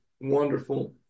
wonderful